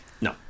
No